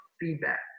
feedback